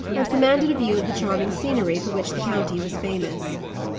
and commanded a view of the charming scenery for which the county was famous.